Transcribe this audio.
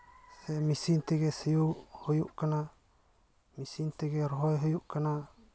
ᱥᱮ ᱢᱮᱥᱤᱱ ᱛᱮᱜᱮ ᱥᱤᱭᱳᱜ ᱦᱩᱭᱩᱜ ᱠᱟᱱᱟ ᱢᱮᱥᱤᱱ ᱛᱮᱜᱮ ᱨᱚᱦᱚᱭ ᱦᱩᱭᱩᱜ ᱠᱟᱱᱟ